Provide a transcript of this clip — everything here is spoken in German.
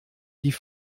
die